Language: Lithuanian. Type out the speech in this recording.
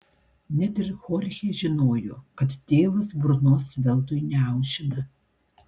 net ir chorchė žinojo kad tėvas burnos veltui neaušina